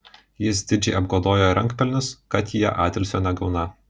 jis didžiai apgodojo rankpelnius kad jie atilsio negauną